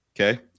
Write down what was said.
Okay